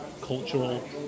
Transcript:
cultural